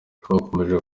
twakomeje